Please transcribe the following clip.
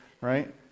right